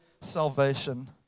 salvation